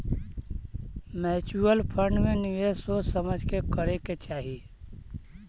mutual fund में निवेश सोच समझ के करे के चाहि